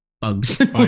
bugs